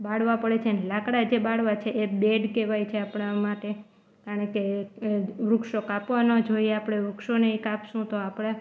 બાળવા પડે છેને લાકડા એ જે બાળવા છે એ બેડ કહેવાય છે આપણા માટે કારણ કે એ વૃક્ષો કાપવા ન જોઈએ આપણે વૃક્ષોને કાપીશું તો આપણા